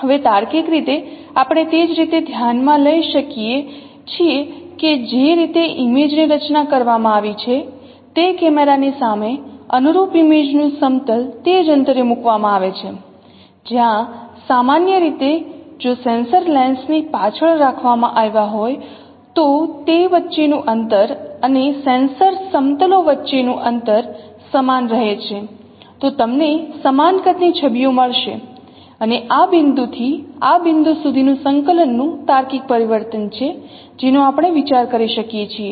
હવે તાર્કિક રીતે આપણે તે જ રીતે ધ્યાનમાં લઈ શકીએ છીએ કે જે રીતે ઇમેજ ની રચના કરવામાં આવી છે તે કેમેરાની સામે અનુરૂપ ઇમેજ નુ સમતલ તે જ અંતરે મૂકવામાં આવે છે જ્યાં સામાન્ય રીતે જો સેન્સર લેન્સ ની પાછળ રાખવામાં આવ્યા હોય તો તે વચ્ચેનું અંતરઅને સેન્સર્સ સમતલો વચ્ચેનું અંતર સમાન રહે છે તો તમને સમાન કદની છબીઓ મળશે અને આ બિંદુથી આ બિંદુ સુધી સંકલનનું તાર્કિક પરિવર્તન છે જેનો આપણે વિચાર કરી શકીએ છીએ